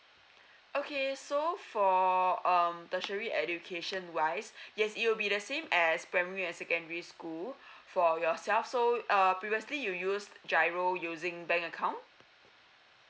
okay so for um tertiary education wise yes it will be the same as primary and secondary school for yourself so uh previously you use GIRO using bank account